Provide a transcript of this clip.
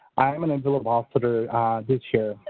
i am an and ambassador this year.